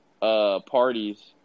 parties –